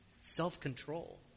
self-control